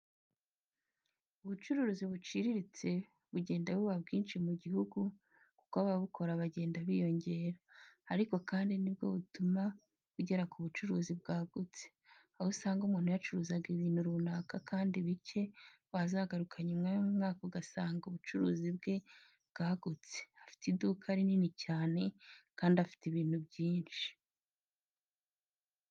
Ubucuruzi buciriritse bugenda buba bwinshi mu gihugu kuko ababukora bagenda biyongera, ariko kandi ni nabwo butuma ugera ku bucuruzi bwagutse, aho usanga umuntu yacuruzaga ibintu runaka kandi bike wazagaruka nyuma y'umwaka ugasanaga ubucuruzi bwe bwaragutse, afite iduka rinini cyane kandi afite ibintu byinshi.